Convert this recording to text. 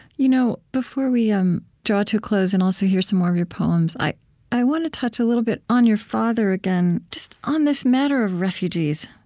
you know before we um draw to a close and, also, hear some more of your poems, i i want to touch a little bit on your father again, just on this matter of refugees,